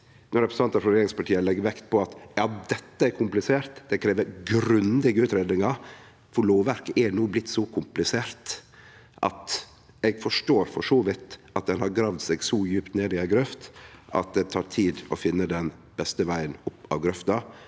når representantar frå regjeringspartia legg vekt på at dette er komplisert og krev grundige utgreiingar. Lovverket er no blitt så komplisert at eg for så vidt forstår at ein har grave seg så djupt ned i ei grøft at det tek tid å finne den beste vegen opp av grøfta.